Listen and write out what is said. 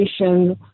education